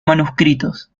manuscritos